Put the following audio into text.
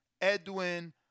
Edwin